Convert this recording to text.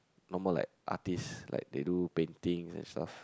normal like artists like they do painting and stuff